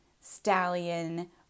stallion